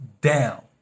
down